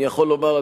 אני יכול לומר,